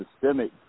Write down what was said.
systemic